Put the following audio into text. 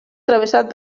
travessat